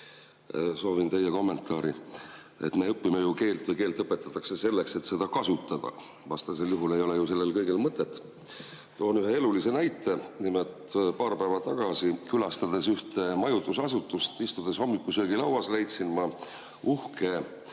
Soovin teie kommentaari. Me õpime ju keelt selleks või keelt õpetatakse selleks, et seda kasutada, vastasel juhul ei ole sellel kõigel mõtet. Toon ühe elulise näite. Nimelt paar päev tagasi, külastades ühte majutusasutust ja istudes seal hommikusöögilauas nägin ma seina